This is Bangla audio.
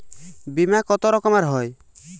বিমা কত রকমের হয়?